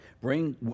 Bring